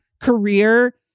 career